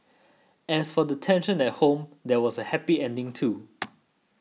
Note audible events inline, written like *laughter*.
as for the tension at home there was a happy ending too *noise*